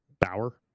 Bauer